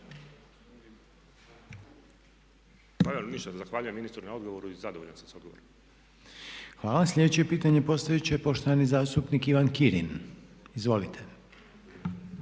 Evo, ništa, zahvaljujem ministru na odgovoru i zadovoljan sam s odgovorom. **Reiner, Željko (HDZ)** Hvala. Sljedeće pitanje postavit će poštovani zastupnik Ivan Kirin. **Kirin,